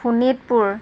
Sonitpur